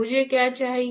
मुझे क्या चाहिए